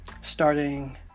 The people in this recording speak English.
Starting